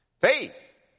Faith